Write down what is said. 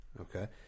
okay